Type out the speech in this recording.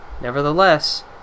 Nevertheless